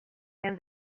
and